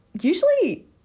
Usually